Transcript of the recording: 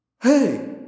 Hey